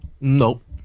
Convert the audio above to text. Nope